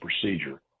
procedure